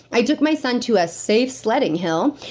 i took my son to a safe sledding hill,